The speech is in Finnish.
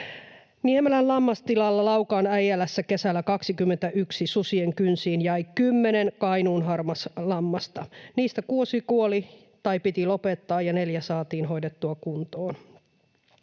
”Niemelän lammastilalla Laukaan Äijälässä kesällä 21 susien kynsiin jäi kymmenen kainuunharmaslammasta. Niistä kuusi kuoli tai piti lopettaa ja neljä saatiin hoidettua kuntoon.